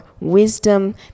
wisdom